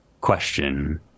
question